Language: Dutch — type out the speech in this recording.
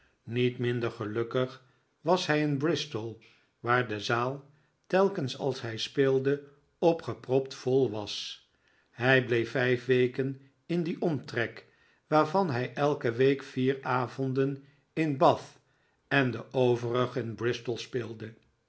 niet minder gelukkig was hi in b r i stol waar de zaal telkens als hij speelde opgepropt vol was hij bleef vijf weken in dien omtrek waarvan hij elke week vier avonden in bath en de overigen in bristol speelde